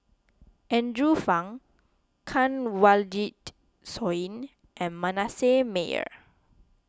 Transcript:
Andrew Phang Kanwaljit Soin and Manasseh Meyer